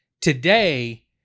today